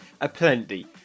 aplenty